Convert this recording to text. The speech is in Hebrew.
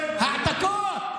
העתקות.